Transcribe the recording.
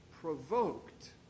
provoked